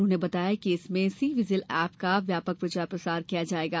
उन्होंने बताया कि इस सी विजिल एप का व्यापक प्रचार प्रसार किया जायेगा